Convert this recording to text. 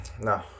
no